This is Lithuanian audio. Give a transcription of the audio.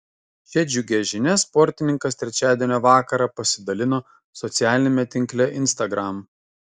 šia džiugia žinia sportininkas trečiadienio vakarą pasidalino socialiniame tinkle instagram